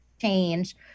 change